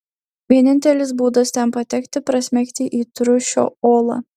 vienintelis būdas ten patekti prasmegti į triušio olą